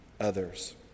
others